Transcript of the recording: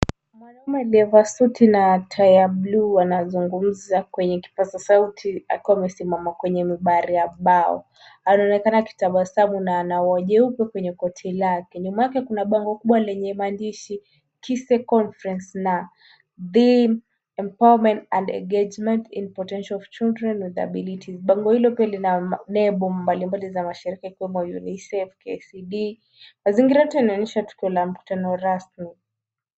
Mwanaume aliyevaa suti na tai ya buluu anazungumza kwenye kipaza sauti akiwa amesimama kwenye mibare ya mbao. Anaonekana akitabasamu na anahoji huku kwenye koti lake. Nyuma yake kuna bango kubwa lenye maandishi kise conference theme empowerment and engagement in potential of children with disabilities . Bango hilo pia lina nembo mbalimbali za mashirika yakiwemo UNICEF, KCD . Mazingira yote yanaonyesha mkutano rasmi.